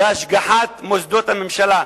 בהשגחת מוסדות הממשלה.